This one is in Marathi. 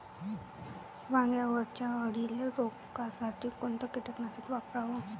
वांग्यावरच्या अळीले रोकासाठी कोनतं कीटकनाशक वापराव?